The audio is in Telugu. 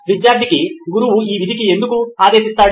విద్యార్థికి గురువు ఈ విధి ఎందుకు ఆదేశిస్తాడు